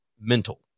mental